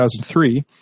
2003